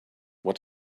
what